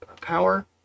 power